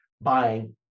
buying